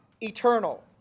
eternal